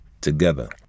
together